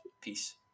Peace